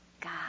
God